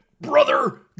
brother